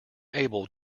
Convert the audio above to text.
able